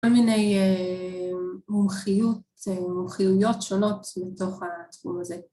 ‫כל מיני מומחיות, ‫מומחיויות שונות לתוך התחום הזה.